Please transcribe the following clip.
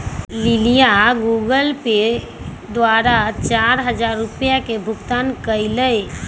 लिलीया Google pay द्वारा चार हजार रुपिया के भुगतान कई लय